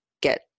get